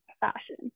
fashion